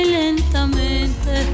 lentamente